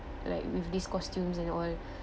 like with this costumes and all